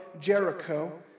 Jericho